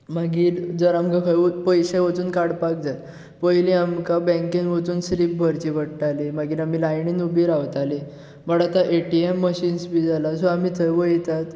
मागीर जर आमकां खंय पयशे वचून काडपाक जाय पयलीं आमकां बँकेन वचून स्लीप भरची पडटाली मागीर आमी लायनीन उबी रावतालीं पण आतां एटीएम मशीन्स बी जाल्यात सो आमी थंय वयतात